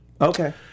Okay